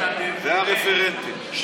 והרפרנטים.